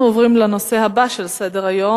אנחנו עוברים לנושא הבא על סדר-היום: